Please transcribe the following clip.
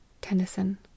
Tennyson